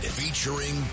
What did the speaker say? featuring